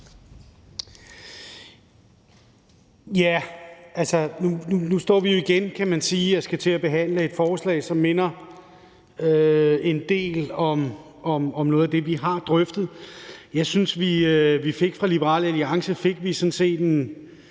(S): Nu står vi jo igen, kan man sige, og skal til at behandle et forslag, som minder en del om noget af det, vi har drøftet. Jeg synes, at vi fra Liberal Alliance fik en